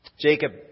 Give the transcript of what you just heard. Jacob